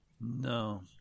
No